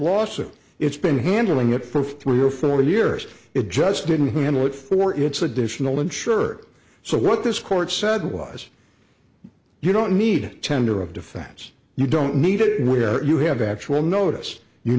lawsuit it's been handling it for three or four years it just didn't handle it for its additional insured so what this court said was you don't need tender of defense you don't need it where you have actual notice you